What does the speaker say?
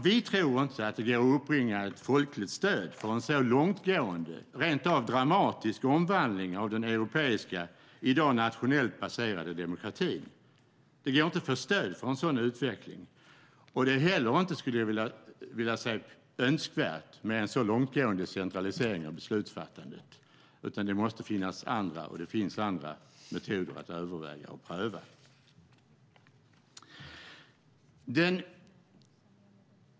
Vi tror inte att det går att uppbringa ett folkligt stöd för en så långtgående, rent av dramatisk, omvandling av den europeiska, i dag nationellt baserade, demokratin. Det går inte att få stöd för en sådan utveckling. Jag skulle också vilja säga att det inte heller är önskvärt med en så långtgående centralisering av beslutsfattandet, utan det måste finnas andra, och det finns andra, metoder att överväga och pröva.